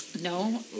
No